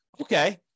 Okay